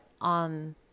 on